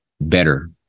better